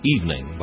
Evening